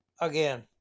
again